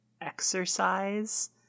exercise